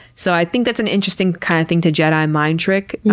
so, i think that's an interesting kind of thing to jedi mind trick,